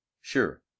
Sure